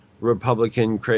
Republican